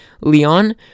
Leon